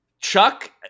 Chuck